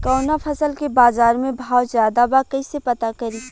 कवना फसल के बाजार में भाव ज्यादा बा कैसे पता करि?